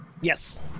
yes